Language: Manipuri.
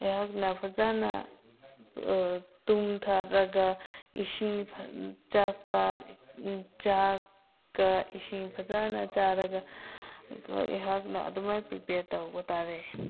ꯑꯩꯍꯥꯛꯅ ꯐꯖꯅ ꯇꯨꯝꯊꯔꯒ ꯏꯁꯤꯡ ꯆꯥꯛꯀ ꯏꯁꯤꯡꯒ ꯐꯖꯅ ꯆꯥꯔꯒ ꯑꯩꯈꯣꯏ ꯑꯩꯍꯥꯛꯅ ꯑꯗꯨꯃꯥꯏꯅ ꯄ꯭ꯔꯤꯄꯤꯌꯔ ꯇꯧꯕ ꯇꯥꯔꯦ